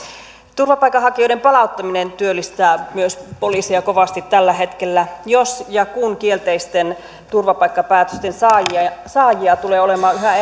turvapaikanhakijoiden palauttaminen työllistää myös poliiseja kovasti tällä hetkellä jos ja kun kielteisten turvapaikkapäätösten saajia tulee olemaan yhä